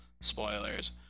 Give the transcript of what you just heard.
Spoilers